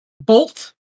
Bolt